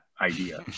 idea